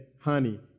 honey